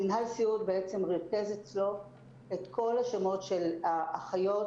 מינהל סיעוד ריכז אצלו את כל השמות של האחיות